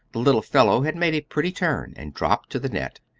the little fellow had made a pretty turn and drop to the net,